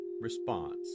response